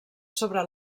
sobre